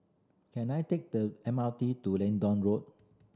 can I take the M R T to Leedon Road